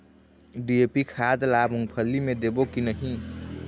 DAP खाद ला मुंगफली मे देबो की नहीं?